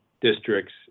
districts